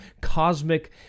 cosmic